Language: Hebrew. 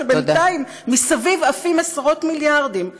כשבינתיים מסביב עפים עשרות מיליארדים.